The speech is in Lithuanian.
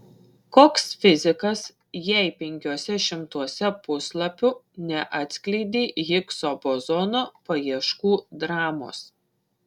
koks fizikas jei penkiuose šimtuose puslapių neatskleidei higso bozono paieškų dramos